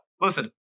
listen